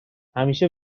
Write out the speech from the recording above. همیشه